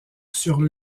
sur